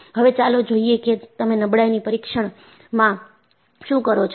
હવે ચાલો જોઈએ કે તમે નબળાઈની પરીક્ષણ માં શું કરો છો